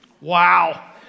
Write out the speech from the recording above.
Wow